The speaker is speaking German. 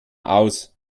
aus